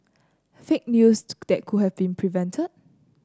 fake news that could have been prevented